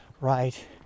right